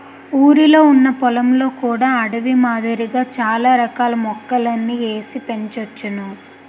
ఊరిలొ ఉన్న పొలంలో కూడా అడవి మాదిరిగా చాల రకాల మొక్కలని ఏసి పెంచోచ్చును